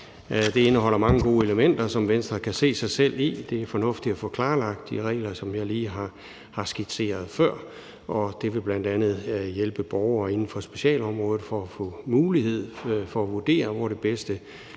Det indeholder mange gode elementer, som Venstre kan se sig selv i. Det er fornuftigt at få klarlagt de regler, som jeg skitserede lige før, og det vil bl.a. hjælpe borgere med at få mulighed for at vurdere, hvor de finder